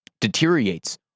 Deteriorates